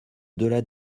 delà